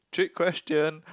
trick question